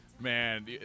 Man